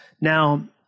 Now